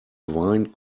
wine